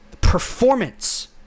performance